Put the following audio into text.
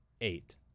Eight